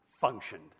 functioned